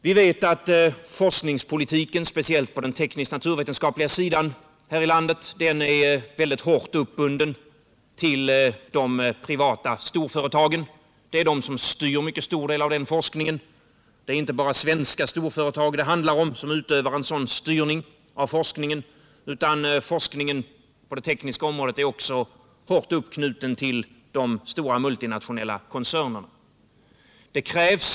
Vi vet att forskningspolitiken här i landet, speciellt på den teknisktnaturvetenskapliga sidan, är väldigt hårt uppbunden till de privata storföretagen. Dessa styr en mycket stor del av den forskningen. Men det är inte bara svenska storföretag som utövar en sådan styrning av forskningen, utan forskningen på det tekniska området är också hårt uppknuten till de stora multinationella koncernerna.